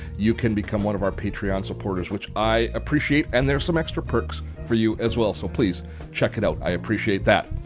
you can become one of our patreon supporters, which i appreciate and there's some extra perks for you as well. so please check it out. i appreciate that.